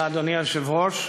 אדוני היושב-ראש,